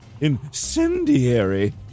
incendiary